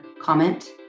comment